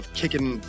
kicking